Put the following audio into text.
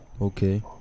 Okay